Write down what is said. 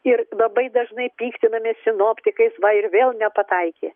ir labai dažnai piktinamės sinoptikais va ir vėl nepataikė